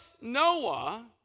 Noah